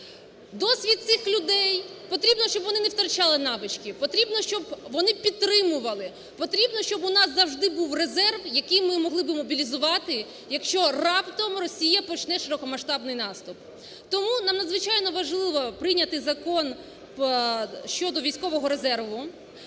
Досвід цих людей, потрібно, щоб вони не втрачали навички, потрібно, щоб вони підтримували, потрібно, щоб у нас завжди був резерв, який ми могли би мобілізувати, якщо раптом Росія почне широкомасштабний наступ. Тому нам надзвичайно важливо прийняти Закон щодо військового резерву.